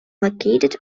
located